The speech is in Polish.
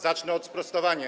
Zacznę od sprostowania.